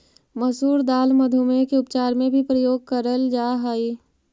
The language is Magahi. मसूर दाल मधुमेह के उपचार में भी प्रयोग करेल जा हई